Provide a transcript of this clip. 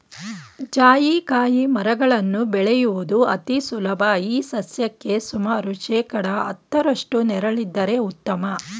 ಜಾಯಿಕಾಯಿ ಮರಗಳನ್ನು ಬೆಳೆಯುವುದು ಅತಿ ಸುಲಭ ಈ ಸಸ್ಯಕ್ಕೆ ಸುಮಾರು ಶೇಕಡಾ ಹತ್ತರಷ್ಟು ನೆರಳಿದ್ದರೆ ಉತ್ತಮ